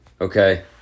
okay